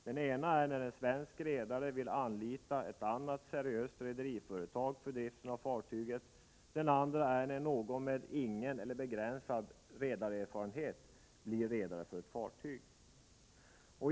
Den ena är när en svensk redare vill anlita ett annat seriöst rederiföretag för driften av fartyget. Den andra är när någon med ingen eller begränsad redarerfarenhet blir redare för ett fartyg.